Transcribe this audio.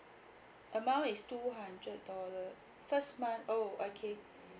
amount is two hundred dollar first month oh okay